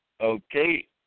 Okay